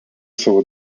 savo